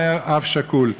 אומר אב שכול.